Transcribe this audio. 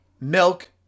milk